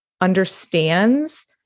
understands